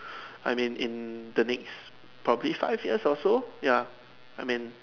I mean in the next probably five years also ya I mean